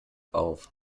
auf